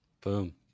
Boom